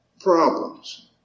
problems